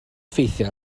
effeithio